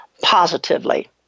positively